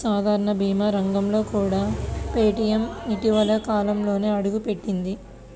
సాధారణ భీమా రంగంలోకి కూడా పేటీఎం ఇటీవలి కాలంలోనే అడుగుపెట్టింది